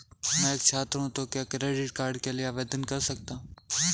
मैं एक छात्र हूँ तो क्या क्रेडिट कार्ड के लिए आवेदन कर सकता हूँ?